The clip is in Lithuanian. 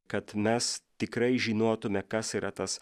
kad mes tikrai žinotume kas yra tas